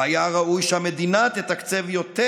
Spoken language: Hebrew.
והיה ראוי שהמדינה תתקצב יותר,